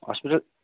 hospital